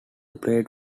playing